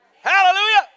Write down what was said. Hallelujah